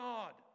God